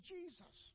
Jesus